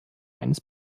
eines